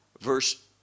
verse